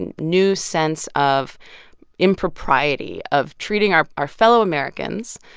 and new sense of impropriety of treating our our fellow americans,